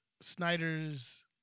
Snyder's